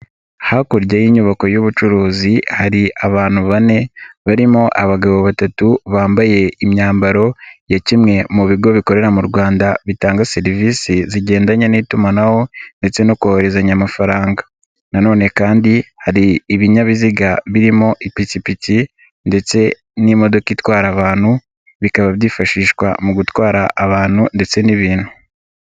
Hakurya y'inyubako y'ubucuruzi hari abantu bane barimo abagabo batatu bambaye imyambaro ya kimwe mu bigo bikorera mu Rwanda bitanga serivisi zigendanye n'itumanaho ndetse no kohezanya amafaranga, na none kandi hari ibinyabiziga birimo ipikipiki ndetse n'imodoka itwara abantu bikaba byifashishwa mu gutwara abantu ndetse n'ibintu.